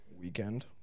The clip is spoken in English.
weekend